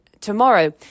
tomorrow